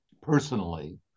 personally